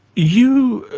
you.